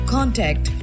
Contact